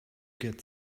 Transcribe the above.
get